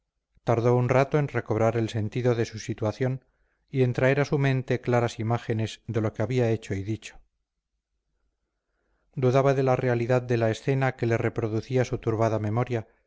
tardó un rato en recobrar el sentido de su situación y en traer a su mente claras imágenes de lo que había hecho y dicho dudaba de la realidad de la escena que le reproducía su turbada memoria